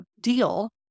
deal